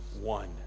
one